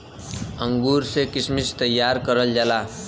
अंगूर से किशमिश तइयार करल जाला